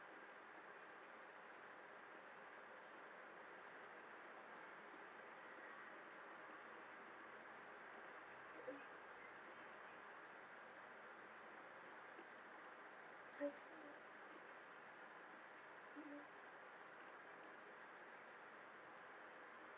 mmhmm I see mmhmm